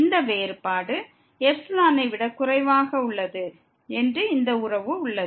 இந்த வேறுபாடு ε ஐ விட குறைவாக உள்ளது என்று இந்த உறவு கூறுகிறது